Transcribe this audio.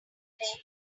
that